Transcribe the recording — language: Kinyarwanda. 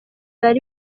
bari